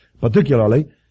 particularly